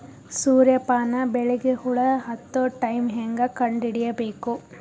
ಸೂರ್ಯ ಪಾನ ಬೆಳಿಗ ಹುಳ ಹತ್ತೊ ಟೈಮ ಹೇಂಗ ಕಂಡ ಹಿಡಿಯಬೇಕು?